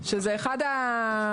שזה אחד החסמים.